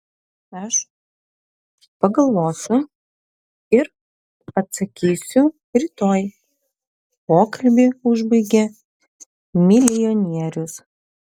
aš pagalvosiu ir atsakysiu rytoj pokalbį užbaigė milijonierius